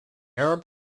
arab